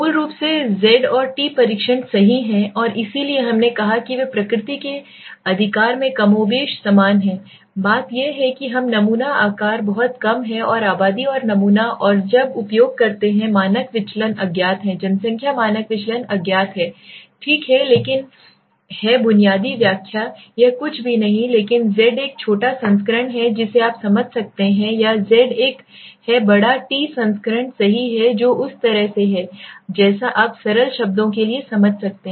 मूल रूप से z t परीक्षण सही है और इसलिए हमने कहा कि वे प्रकृति के अधिकार में कमोबेश समान हैं बात यह है कि हम नमूना आकार बहुत कम है और आबादी और नमूना और जब उपयोग करते हैं मानक विचलन अज्ञात है जनसंख्या मानक विचलन अज्ञात है ठीक है लेकिन है बुनियादी व्याख्या यह कुछ भी नहीं है लेकिन z एक छोटा संस्करण है जिसे आप समझ सकते हैं या Z एक है बड़ा टी संस्करण सही है जो उस तरह से है जैसा आप सरल शब्दों के लिए समझ सकते हैं